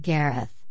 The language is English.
Gareth